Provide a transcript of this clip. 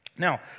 Now